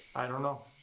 i don't know.